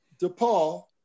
DePaul